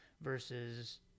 versus